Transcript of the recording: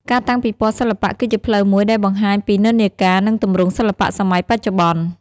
ការតាំងពិពណ៌សិល្បៈគឺជាផ្លូវមួយដែលបង្ហាញពីនិន្នាការ និងទម្រង់សិល្បៈសម័យបច្ចុប្បន្ន។